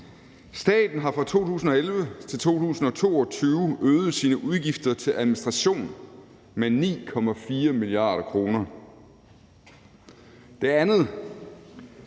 Staten har fra 2011 til 2022 øget sine udgifter til administration med 9,4 mia. kr. Den anden